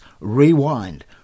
rewind